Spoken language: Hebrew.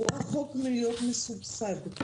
הוא רחוק מלהיות מסובסד.